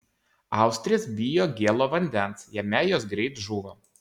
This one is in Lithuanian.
austrės bijo gėlo vandens jame jos greit žūva